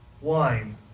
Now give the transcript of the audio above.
wine